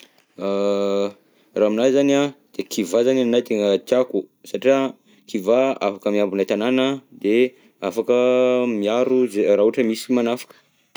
Raha aminahy zany an de kivà zany anahy tena tiako, satria kivà afaka miambina tanana, de afaka miaro zay, raha ohatra hoe misy manafika.